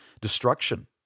destruction